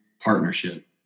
partnership